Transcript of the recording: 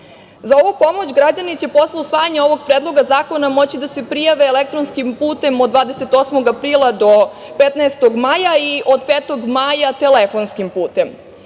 Za ovu pomoć građani će posle usvajanja ovog Predloga zakona moći da se prijave elektronskim putem od 28. aprila do 15. maja i od 5. maja telefonskim putem.